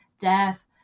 death